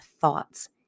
thoughts